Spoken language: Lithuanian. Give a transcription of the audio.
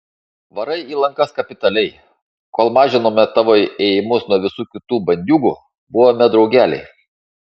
varai į lankas kapitaliai kol mažinome tavo ėjimus nuo visų kitų bandiūgų buvome draugeliai